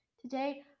Today